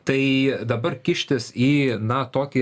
tai dabar kištis į na tokį